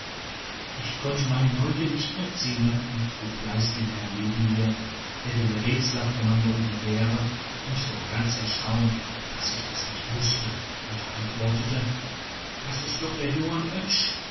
ich konnt meine neugier nicht mehr zähmen und frug leise den herrn neben mir wer denn der rätselhafte mann da oben wäre und der war ganz erstaunt daß ich das nicht wußte und antwortete das is doch der johann